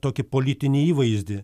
tokį politinį įvaizdį